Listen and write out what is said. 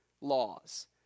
laws